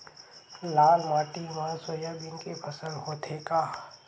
लाल माटी मा सोयाबीन के फसल होथे का?